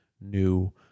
New